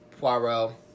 Poirot